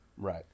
right